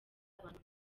abantu